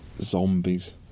zombies